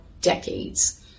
decades